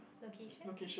location